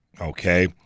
okay